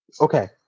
Okay